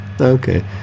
okay